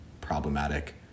problematic